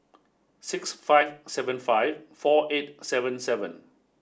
six five seven five four eight seven seven